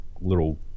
little